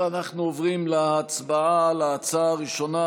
אנחנו עוברים להצבעה על ההצעה הראשונה,